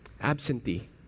Absentee